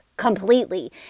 completely